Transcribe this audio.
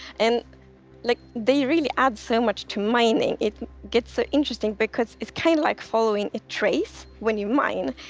and like they really add so much to mining. it gets so interesting because it's kind of like following a trace when you mine,